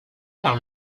par